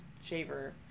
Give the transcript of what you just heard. shaver